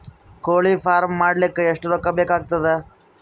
ಕೋಳಿ ಫಾರ್ಮ್ ಮಾಡಲಿಕ್ಕ ಎಷ್ಟು ರೊಕ್ಕಾ ಬೇಕಾಗತದ?